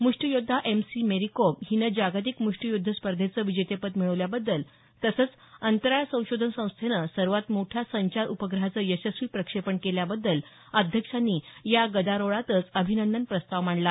मृष्टीयोध्दा M C Mary Kom हिने जागतिक मृष्टीयुद्ध स्पर्धेचं विजेतेपद मिळवल्याबद्दल तसंच अंतराळ संशोधन संस्थेनं सर्वात मोठ्या संचार उपग्रहाचं यशस्वी प्रक्षेपण केल्याबद्दल अध्यक्षांनी या गदारोळातच अभिनंदन प्रस्ताव मांडला